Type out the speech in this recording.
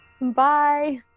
Bye